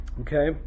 Okay